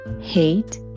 hate